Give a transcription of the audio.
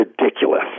ridiculous